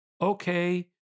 okay